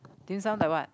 dim-sum the what